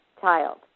child